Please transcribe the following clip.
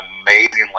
amazingly